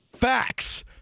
Facts